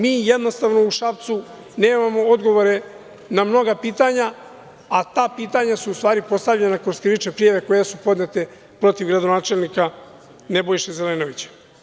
Mi jednostavno u Šapcu nemamo odgovore na mnoga pitanja, a ta pitanja su u stvari postavljena kroz krivične prijave koje su podnete protiv gradonačelnika Nebojše Zelenovića.